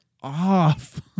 off